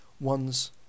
one's